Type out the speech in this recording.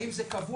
האם זה קבוע,